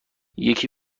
یکی